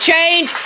change